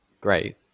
great